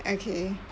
okay